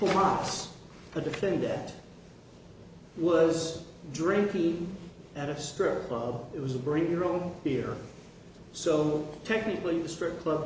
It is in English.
wrong but the thing that was drinking at a strip club it was a bring your own beer so technically the strip club